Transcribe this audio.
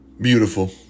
Beautiful